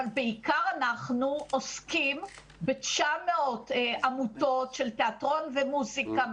אבל בעיקר אנחנו עוסקים ב-900 עמותות של תיאטרון ומוסיקה,